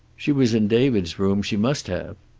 she was in david's room. she must have.